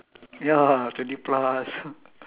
ya twenty plus